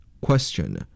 Question